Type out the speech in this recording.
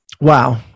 Wow